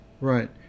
Right